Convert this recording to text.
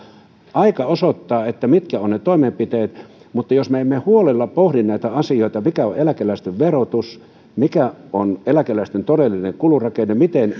aika osoittaa mitkä ovat ne toimenpiteet mutta jos me emme huolella pohdi näitä asioita mikä on eläkeläisten verotus mikä on eläkeläisten todellinen kulurakenne miten